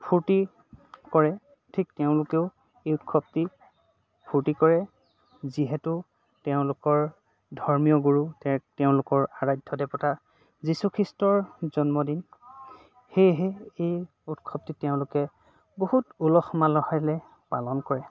ফূৰ্তি কৰে ঠিক তেওঁলোকেও এই উৎসৱটিত ফূৰ্তি কৰে যিহেতু তেওঁলোকৰ ধৰ্মীয় গুৰু তেওঁলোকৰ আৰাধ্যদেৱতা যীশুখীষ্টৰ জন্মদিন সেয়েহে এই উৎসৱটি তেওঁলোকে বহুত উলহ মালহেৰে পালন কৰে